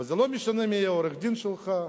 ולא משנה מי יהיה העורך-דין שלך,